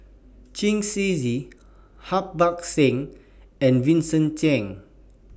Chen Shiji Harbans Singh and Vincent Cheng